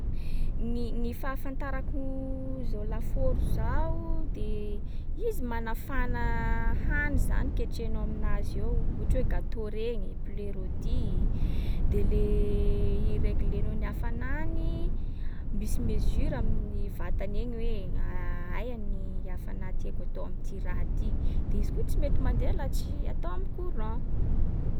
Gny- gny fahafantarako zao lafaoro zao, de izy manafana hany zany ketrehinao aminazy eo, ohatry hoe gateau regny, poulet roti de le ireglenao ny hafanany, misy mesure amin’ny vatany egny hoe aia ny hafanà tiàko atao am’ty raha ty. De izy koa tsy mety mandeha laha tsy atao am'courant,.